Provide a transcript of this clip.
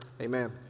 Amen